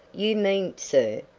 you mean, sir,